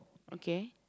okay